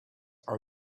are